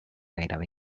gairebé